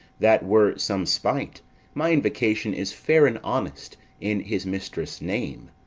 that were some spite my invocation is fair and honest in his mistress' name,